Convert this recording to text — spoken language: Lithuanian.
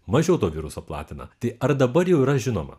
mažiau to viruso platina ar dabar jau yra žinoma